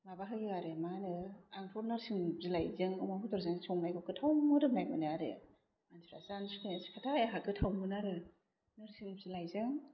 माबा होयो आरो मा होनो आंथ' नोरसिं बिलाइजों अमा बेदरजों संनायखौ गोथाव मोदोमनाय मोनो आरो मानसिफोरासो जानो सुखुयो ना सुखुवाथाय गोथाव मोनो आरो नोरसिं बिलाइजों